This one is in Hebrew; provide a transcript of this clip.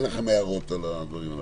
אין לכם הערות על הדברים הללו?